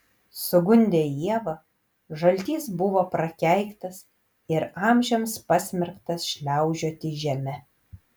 sugundę ievą žaltys buvo prakeiktas ir amžiams pasmerktas šliaužioti žeme